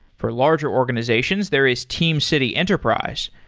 for larger organizations, there is teamcity enterprise.